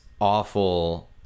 awful